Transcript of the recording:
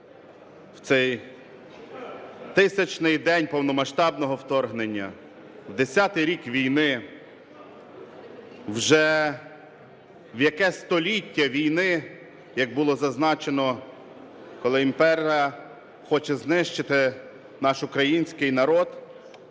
в цей тисячний день повномасштабного вторгнення, в десятий рік війни, вже в яке століття війни, як було зазначено, коли імперія хоче знищити наш український народ,